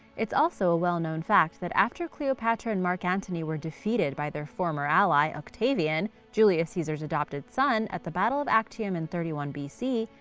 it's also a well-known fact that after cleopatra and mark antony were defeated by their former ally, octavian, julius caesar's adopted son, at the battle of actium in thirty one b c,